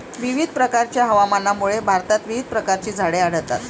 विविध प्रकारच्या हवामानामुळे भारतात विविध प्रकारची झाडे आढळतात